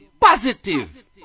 Positive